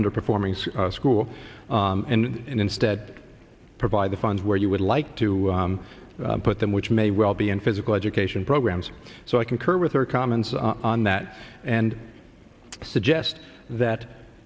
underperforming some school and instead provide the funds where you would like to put them which may well be in physical education programs so i concur with your comments on that and suggest that